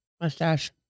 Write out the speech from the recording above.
Mustache